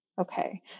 Okay